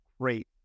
great